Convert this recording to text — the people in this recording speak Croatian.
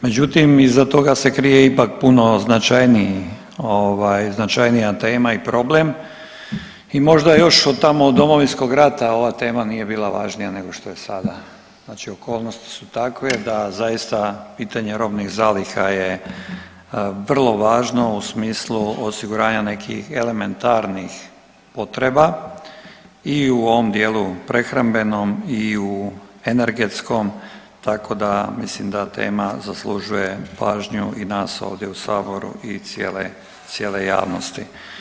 Međutim, iza toga se krije ipak puno značajnija tema i problem i možda još od tamo od Domovinskog rata ova tema nije bila važnija nego što je sada, znači okolnosti su takve da zaista pitanje robnih zaliha je vrlo važno u smislu osiguranja nekih elementarnih potreba i u ovom dijelu prehrambenom i u energetskom, tako da, mislim da tema zaslužuje i pažnju i nas ovdje u Saboru i cijele javnosti.